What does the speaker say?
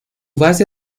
base